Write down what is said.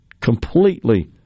Completely